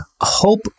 hope